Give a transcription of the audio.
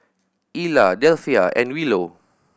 Ilah Delphia and Willow